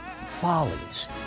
Follies